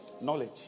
Knowledge